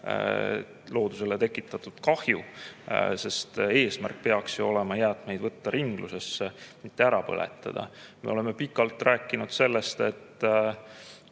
loodusele tekitatud kahju, sest eesmärk peaks ju olema jäätmeid võtta ringlusesse, mitte ära põletada. Me oleme pikalt rääkinud sellest, et